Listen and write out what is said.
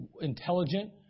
intelligent